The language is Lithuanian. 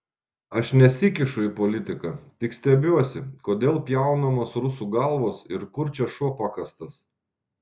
aš nesikišu į politiką tik stebiuosi kodėl pjaunamos rusų galvos ir kur čia šuo pakastas